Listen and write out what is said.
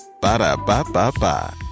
Ba-da-ba-ba-ba